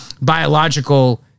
biological